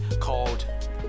called